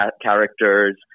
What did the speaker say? characters